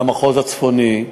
למחוז הצפוני,